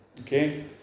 Okay